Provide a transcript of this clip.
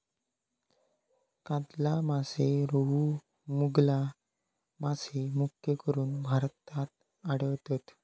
कातला मासे, रोहू, मृगल मासे मुख्यकरून भारतात आढळतत